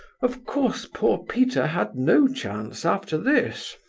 of course poor peter had no chance after this.